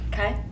Okay